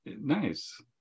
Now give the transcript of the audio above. Nice